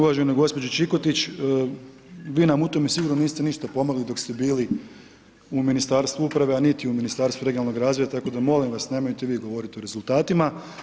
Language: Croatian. Uvažena gospođo Čikotić, vi nam u tome, sigurno ništa niste pomogli, dok ste bili u Ministarstvu uprave, a niti u Ministarstvu regionalnog razvoja, tako da, molim vas, nemojte vi govoriti o rezultatima.